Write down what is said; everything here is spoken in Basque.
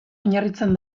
oinarritzen